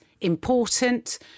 important